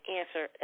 answer